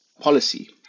policy